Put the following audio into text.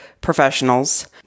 professionals